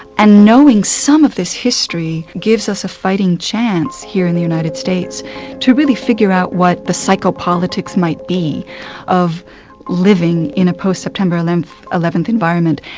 and knowing some of this history gives us a fighting chance here in the united states to really figure out what the psycho politics might be of living in a post september and and eleven environment,